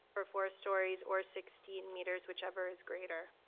for four stories or sixteen meters, whichever is greater.